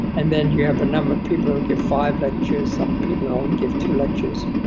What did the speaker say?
and then you have a number of people who give five lectures. some people only give two lectures,